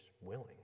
willing